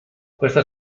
questa